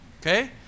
Okay